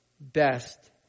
best